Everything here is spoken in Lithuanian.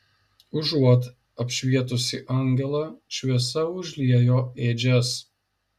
užuot apšvietusi angelą šviesa užliejo ėdžias